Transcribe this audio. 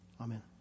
Amen